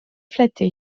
flatté